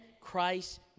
Christ